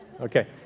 Okay